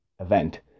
event